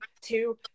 two